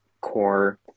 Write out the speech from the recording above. core